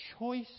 choice